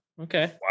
Okay